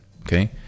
okay